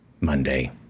Monday